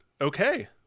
Okay